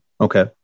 Okay